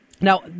Now